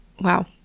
wow